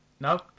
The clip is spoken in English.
No